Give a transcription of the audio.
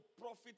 profit